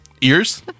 Ears